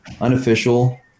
Unofficial